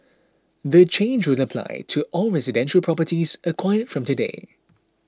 the change will apply to all residential properties acquired from today